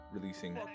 releasing